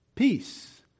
Peace